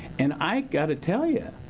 and i gotta tell ya,